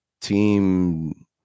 Team